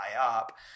up